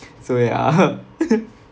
so ya